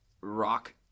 rock